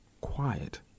quiet